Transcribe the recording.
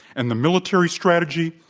and the military strategy,